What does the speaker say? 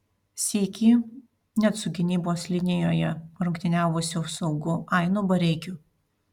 sykį net su gynybos linijoje rungtyniavusiu saugu ainu bareikiu